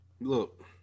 Look